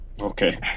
Okay